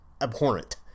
abhorrent